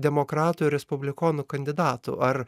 demokratų ir respublikonų kandidatų ar